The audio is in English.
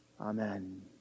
Amen